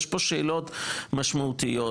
יש פה שאלות משמעותיות,